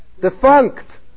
Defunct